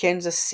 בקנזס סיטי.